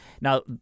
Now